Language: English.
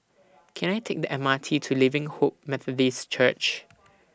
Can I Take The M R T to Living Hope Methodist Church